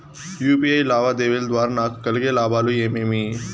UPI లావాదేవీల ద్వారా నాకు కలిగే లాభాలు ఏమేమీ?